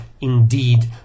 Indeed